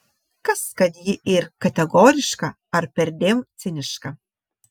kas kad ji ir kategoriška ar perdėm ciniška